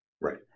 Right